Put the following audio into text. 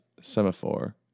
semaphore